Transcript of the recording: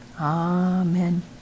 Amen